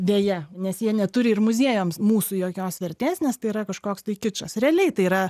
deja nes jie neturi ir muziejams mūsų jokios vertės nes tai yra kažkoks tai kičas realiai tai yra